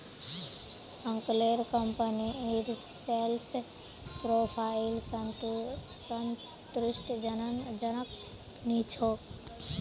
अंकलेर कंपनीर sales profile संतुष्टिजनक नी छोक